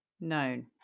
known